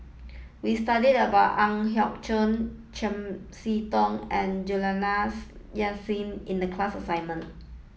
we studied about Ang Hiong Chiok Chiam See Tong and Juliana Yasin in the class assignment